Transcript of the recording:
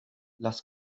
las